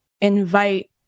invite